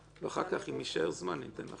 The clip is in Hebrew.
אחר כך, אם יישאר זמן, אתן לכם.